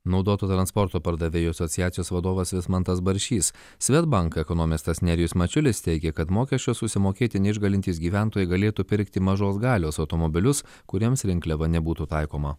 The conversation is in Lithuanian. naudotų transporto pardavėjų asociacijos vadovas vismantas baršys svedbank ekonomistas nerijus mačiulis teigė kad mokesčio susimokėti neišgalintys gyventojai galėtų pirkti mažos galios automobilius kuriems rinkliava nebūtų taikoma